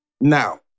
Now